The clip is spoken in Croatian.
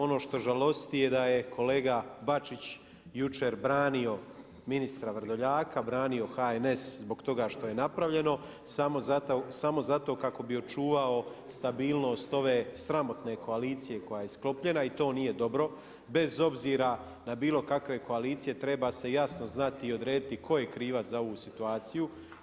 Ono što žalosti je da je kolega Bačić jučer branio ministra Vrdoljaka, branio HNS zbog toga što je napravljeno samo zato kako bi očuvao stabilnost ove sramotne koalicije koja je sklopljena i to nije dobro, bez obzira na bilo kakve koalicije treba se jasno znati i odrediti tko je krivac za ovu situaciju.